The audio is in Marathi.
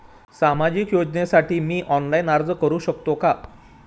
सामाजिक योजनेसाठी मी ऑनलाइन अर्ज करू शकतो का?